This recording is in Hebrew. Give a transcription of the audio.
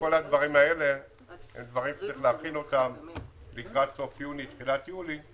כל הדברים האלה הם דברים שצריכים להכין לקראת סוף יוני תחילת יולי,